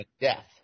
death